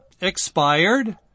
expired